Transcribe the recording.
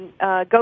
go